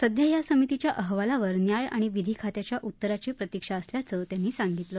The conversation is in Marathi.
सध्या या समितीच्या अहवालावर न्याय आणि विधी खात्याच्या उत्तराची प्रतिक्षाअसल्याचं त्यांनी सांगितलं